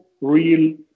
real